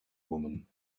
woman